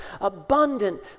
abundant